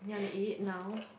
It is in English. you want to eat eat now